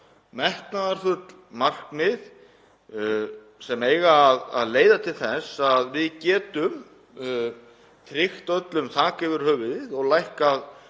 mörg metnaðarfull markmið sem eiga að leiða til þess að við getum tryggt öllum þak yfir höfuðið og lækkað